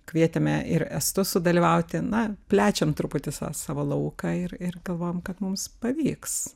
kvietėme ir estus sudalyvauti na plečiam truputis sa savo lauką ir ir galvojam kad mums pavyks